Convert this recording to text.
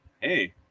Hey